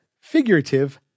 figurative